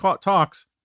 talks